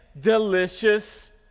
delicious